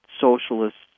socialists